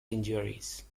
injuries